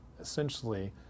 essentially